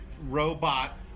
Robot